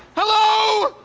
hello!